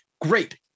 great